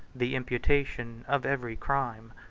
the imputation of every crime.